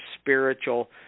spiritual